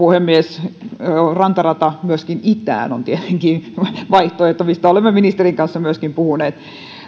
puhemies myöskin rantarata itään on tietenkin vaihtoehto mistä olemme myöskin ministerin kanssa puhuneet